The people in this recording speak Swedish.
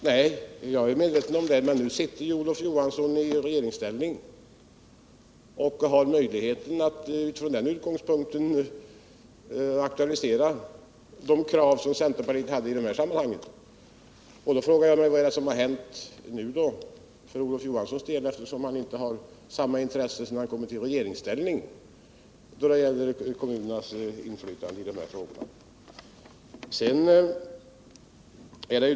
Herr talman! Nej, jag är medveten om det. Men nu sitter ju Olof Johansson i regeringsställning och har utifrån den utgångspunkten möjlighet att aktualisera de krav som centerpartiet ställde i det sammanhanget. Därför frågar jag mig: Vad är det som nu har hänt för Olof Johansson, eftersom han, sedan han kommit i regeringsställning, inte har samma intresse då det gäller kommunernas inflytande i dessa frågor?